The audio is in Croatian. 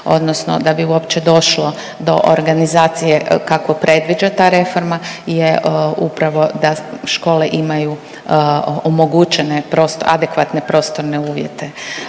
odnosno da bi uopće došlo do organizacije kako predviđa ta reforma je upravo da škole imaju omogućene adekvatne prostorne uvjete.